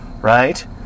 Right